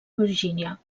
virgínia